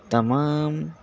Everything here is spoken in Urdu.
تمام